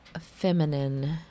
feminine